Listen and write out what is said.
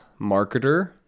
marketer